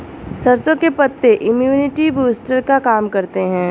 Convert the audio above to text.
सरसों के पत्ते इम्युनिटी बूस्टर का काम करते है